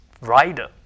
rider